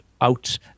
out